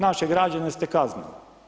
Naše građane ste kaznili.